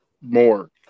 more